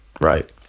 Right